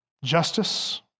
Justice